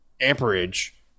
amperage